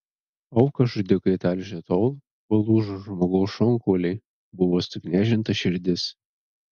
auką žudikai talžė tol kol lūžo žmogaus šonkauliai buvo suknežinta širdis